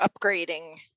upgrading